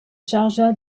chargea